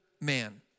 man